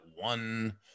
one